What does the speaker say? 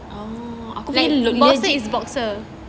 oh aku tak